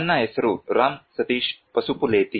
ನನ್ನ ಹೆಸರು ರಾಮ್ ಸತೀಶ್ ಪಸುಪುಲೆತಿ